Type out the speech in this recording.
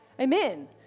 Amen